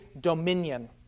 dominion